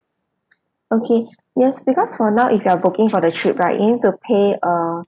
okay yes because for now if you are booking for the trip right you need to pay a